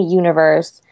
universe